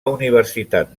universitat